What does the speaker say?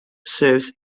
serves